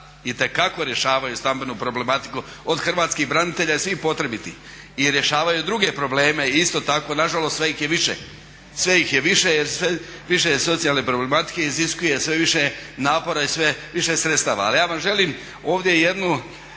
itekako rješavaju stambenu problematiku, od hrvatskih branitelja i svi potrebitih i rješavaju druge probleme i isto tako, nažalost sve ih je više jer sve više je socijalne problematike, iziskuje sve više napora i sve više sredstava. Ali ja vam želim ovdje jedan